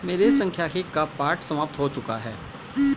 मेरे सांख्यिकी का पाठ समाप्त हो चुका है